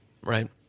right